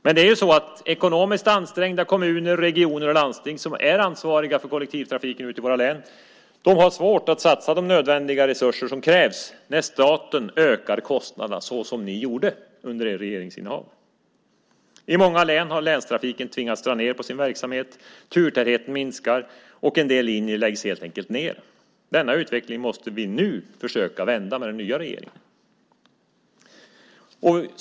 Men ekonomiskt ansträngda kommuner, regioner och landsting som är ansvariga för kollektivtrafiken ute i våra län har svårt att satsa de nödvändiga resurser som krävs när staten ökar kostnaderna såsom ni gjorde under ert regeringsinnehav. I många län har länstrafiken tvingats dra ned på sin verksamhet. Turtätheten minskar, och en del linjer läggs helt enkelt ned. Denna utveckling måste den nya regeringen nu försöka vända.